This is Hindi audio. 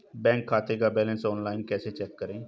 बैंक खाते का बैलेंस ऑनलाइन कैसे चेक करें?